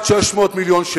להסיר מסדר-היום.